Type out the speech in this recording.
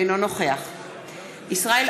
אינו נוכח ישראל אייכלר,